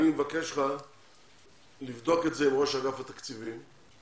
אני מבקש ממך לבדוק את זה עם ראש אגף התקציבים ולחזור